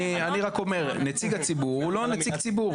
אני רק אומר, נציג הציבור הוא לא נציג ציבור.